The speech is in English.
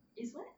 is what